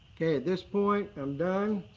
okay. at this point. i'm done.